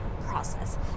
process